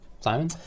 Simon